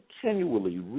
continually